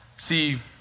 See